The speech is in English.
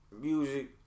music